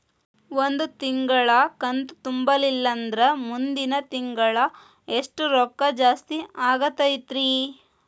ಒಂದು ತಿಂಗಳಾ ಕಂತು ತುಂಬಲಿಲ್ಲಂದ್ರ ಮುಂದಿನ ತಿಂಗಳಾ ಎಷ್ಟ ರೊಕ್ಕ ಜಾಸ್ತಿ ಆಗತೈತ್ರಿ?